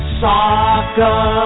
soccer